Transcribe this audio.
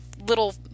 little